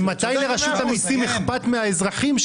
ממתי לרשות המיסים אכפת מהאזרחים?